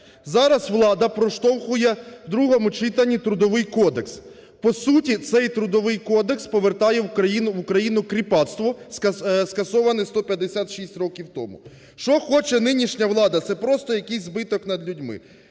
Зараз влада проштовхує у другому читанні Трудовий кодекс. По суті цей Трудовий кодекс повертає в Україну кріпацтво, скасоване 156 років тому. Що хоче нинішня влада? Це просто якийсь збиток над людьми.